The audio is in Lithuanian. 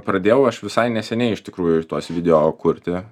pradėjau aš visai neseniai iš tikrųjų ir tuos video kurti